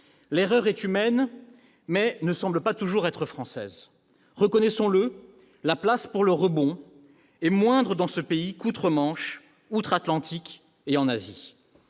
L'erreur est humaine mais ne semble pas toujours française ; reconnaissons-le, la place pour le rebond est moindre dans ce pays qu'outre-Manche, outre-Atlantique ou en Asie.